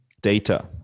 data